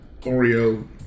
Oreo